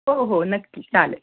हो हो नक्की चालेल